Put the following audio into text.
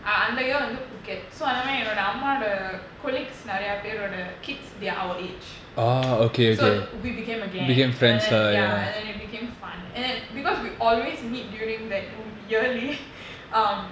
அந்த:antha year வந்துபுக்கெட்:vandhu pucket so எங்கஅம்மாவோட:enka ammavoda colleagues ஓட:oda kids they are our age so we became a gang and then ya and then it became fun and then because we always meet during that yearly um